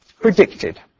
predicted